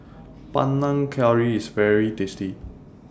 Panang Curry IS very tasty